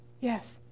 yes